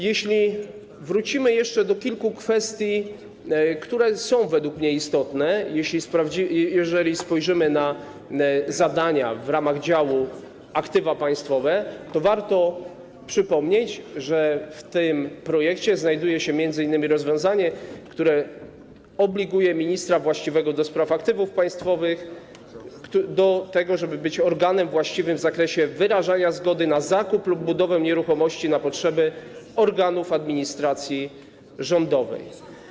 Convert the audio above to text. Jeśli wrócimy jeszcze do kilku kwestii, które są według mnie istotne, jeżeli spojrzymy na zadania w ramach działu aktywa państwowe, to warto przypomnieć, że w tym projekcie znajduje się m.in. rozwiązanie, które obliguje ministra właściwego do spraw aktywów państwowych do tego, żeby być organem właściwym w zakresie wyrażania zgody na zakup lub budowę nieruchomości na potrzeby organów administracji rządowej.